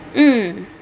mm